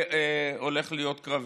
והולך להיות קרבי.